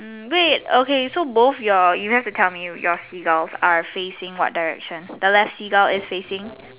um wait okay so both your you have to tell me seagulls are facing what direction the left Seagull is facing